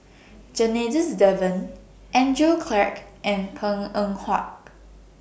Janadas Devan Andrew Clarke and Png Eng Huat